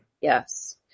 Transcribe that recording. Yes